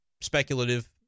Speculative